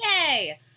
Yay